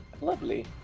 Lovely